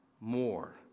more